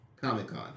Comic-Con